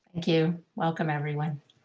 you. welcome everyone.